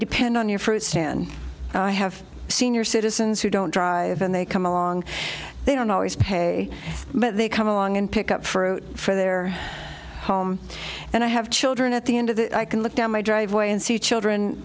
depend on your fruit stand i have senior citizens who don't drive and they come along they and always pay but they come along and pick up for a for their home and i have children at the end of that i can look down my driveway and see children